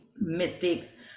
mistakes